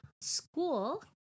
school